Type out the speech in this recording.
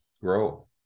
grow